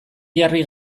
jarri